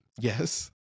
yes